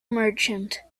merchant